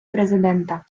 президента